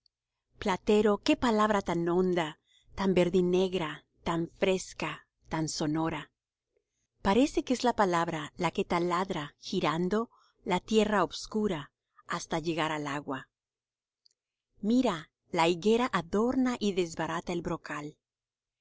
platero qué palabra tan honda tan verdinegra tan fresca tan sonora parece que es la palabra la que taladra girando la tierra obscura hasta llegar al agua mira la higuera adorna y desbarata el brocal